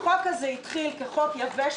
לא נראה לי שיש פתרון כרגע מלבד הקפאה,